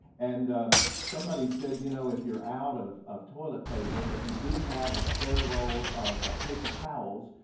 and somebody said you know, if you're out of of toilet paper but you do have a spare roll of paper towels,